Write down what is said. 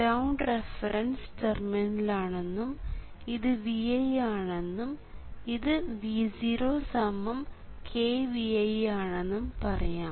ground reference ടെർമിനലാണെന്നും ഇത് Vi ആണെന്നും ഇത് V0 kVi ആണെന്നും പറയാം